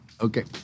Okay